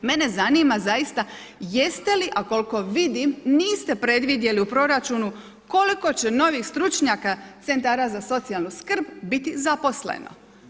Mene zanima zaista činjenica jeste li, a koliko vidim, niste predvidjeli u proračunu koliko će novih stručnjaka centara za socijalnu skrb biti zaposleno.